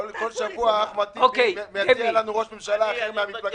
כל שבוע אחמד טיבי מציע לנו ראש ממשלה אחר מהמפלגה